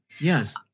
Yes